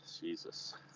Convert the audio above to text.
Jesus